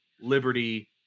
Liberty